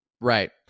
Right